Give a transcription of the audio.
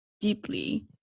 deeply